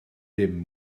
dim